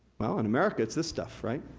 well, in america, it's this stuff, right?